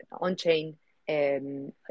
on-chain